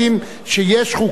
שיש חוקים שהיו